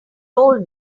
told